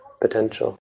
potential